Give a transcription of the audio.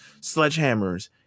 sledgehammers